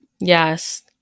Yes